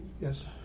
Yes